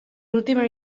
última